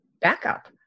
backup